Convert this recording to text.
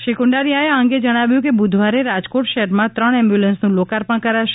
શ્રી કુંડારીયાએ આ અંગે જણાવ્યું છે કે બુધવારે રાજકોટ શહેરમાં ત્રણ એમ્બ્યુલન્સનું લોકાર્પણ કરાશે